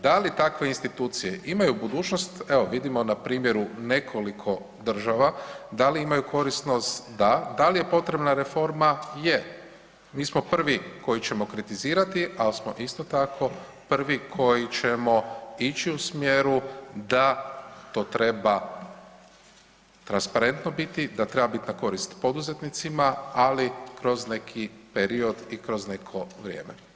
Da li takve institucije imaju budućnost, evo vidimo na primjeru nekoliko država, da li imaju korisnost, da, da li je potrebna reforma, je, mi smo prvi koji ćemo kritizirati, ali smo isto tako prvi koji ćemo ići u smjeru da to treba transparentno biti, da treba biti na korist poduzetnicima, ali kroz neki period i kroz neko vrijeme.